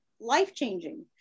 life-changing